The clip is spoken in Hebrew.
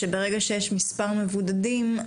שברגע שיש מספר מבודדים,